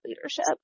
leadership